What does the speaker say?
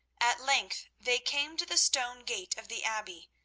at length they came to the stone gate of the abbey,